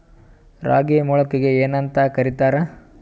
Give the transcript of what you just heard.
ರಾಗಿ ಮೊಳಕೆಗೆ ಏನ್ಯಾಂತ ಕರಿತಾರ?